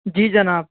جی جناب